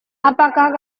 apakah